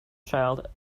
child